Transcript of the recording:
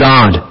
God